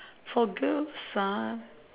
for girls ah